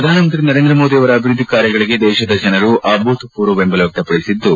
ಪ್ರಧಾನ ಮಂತ್ರಿ ನರೇಂದ್ರ ಮೋದಿ ಅವರ ಅಭಿವೃದ್ಧಿ ಕಾರ್ಯಗಳಿಗೆ ದೇಶದ ಜನರು ಅಭೂತಪೂರ್ವ ಬೆಂಬಲ ವ್ಯಕ್ತಪಡಿಸಿದ್ದು